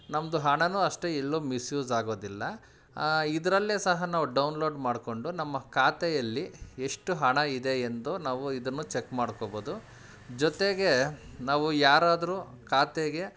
ನಮ್ಮದು ಹಣಾನು ಅಷ್ಟೇ ಎಲ್ಲೂ ಮಿಸ್ಯೂಸ್ ಆಗೋದಿಲ್ಲ ಇದರಲ್ಲೆ ಸಹ ನಾವು ಡೌನ್ಲೋಡ್ ಮಾಡಿಕೊಂಡು ನಮ್ಮ ಖಾತೆಯಲ್ಲಿ ಎಷ್ಟು ಹಣ ಇದೆ ಎಂದು ನಾವು ಇದನ್ನು ಚೆಕ್ ಮಾಡ್ಕೊಬೋದು ಜೊತೆಗೆ ನಾವು ಯಾರಾದರೂ ಖಾತೆಗೆ